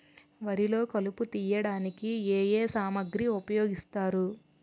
వరిలో కలుపు తియ్యడానికి ఏ ఏ సామాగ్రి ఉపయోగిస్తారు?